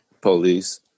police